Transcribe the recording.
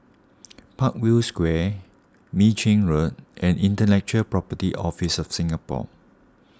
Parkview Square Mei Chin Road and Intellectual Property Office of Singapore